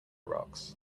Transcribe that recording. rocks